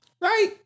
Right